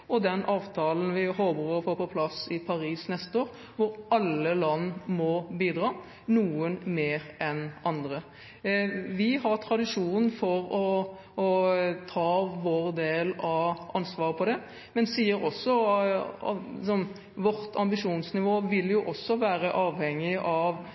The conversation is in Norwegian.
og den avtalen vi håper å få på plass i Paris neste år, hvor alle land må bidra – noen mer enn andre. Vi har tradisjon for å ta vår del av ansvaret for det, men vårt ambisjonsnivå vil også være avhengig av hva slags fleksible mekanismer vi vil